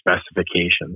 specifications